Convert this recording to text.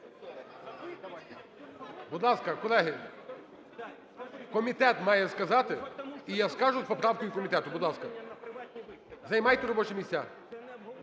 Будь ласка, колеги, комітет має сказати, і я скажу з поправкою комітету. Будь ласка, займайте робочі місця.